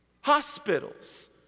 Hospitals